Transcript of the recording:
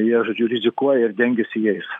jie žodžiu rizikuoja ir dengiasi jais